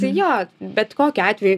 tai jo bet kokiu atveju